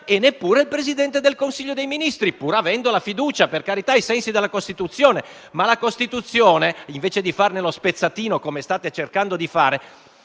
e neppure il Presidente del Consiglio dei ministri, pur avendo la fiducia delle Camere, ai sensi della Costituzione. La Costituzione, però, invece di farne spezzatino, come state cercando di fare,